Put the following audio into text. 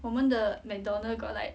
我们的 McDonald got like